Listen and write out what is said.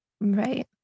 Right